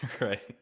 Right